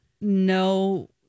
no